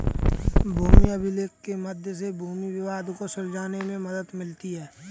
भूमि अभिलेख के मध्य से भूमि विवाद को सुलझाने में मदद मिलती है